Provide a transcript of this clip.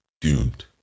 doomed